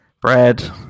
bread